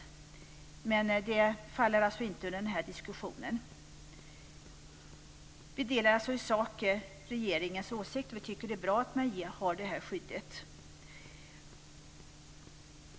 Men det faller inte under den här diskussionen. Vi delar alltså i sak regeringens åsikt. Vi tycker att det är bra att man har det här skyddet.